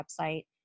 website